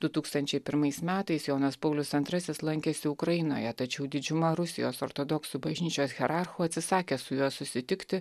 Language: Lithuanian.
du tūkstančiai pirmais metais jonas paulius antrasis lankėsi ukrainoje tačiau didžiuma rusijos ortodoksų bažnyčios hierarchų atsisakė su juo susitikti